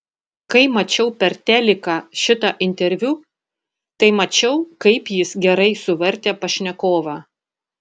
kai mačiau per teliką šitą interviu tai mačiau kaip jis gerai suvartė pašnekovą